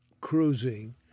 Cruising